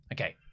Okay